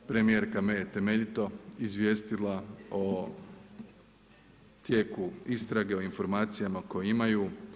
Premijerka May je temeljito izvijestila o tijeku istrage, o informacijama koje imaju.